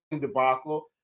debacle